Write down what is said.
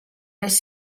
les